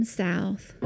south